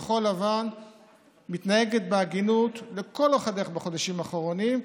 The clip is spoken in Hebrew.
כחול לבן מתנהגת בהגינות לכל אורך הדרך בחודשים האחרונים,